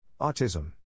Autism